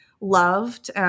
loved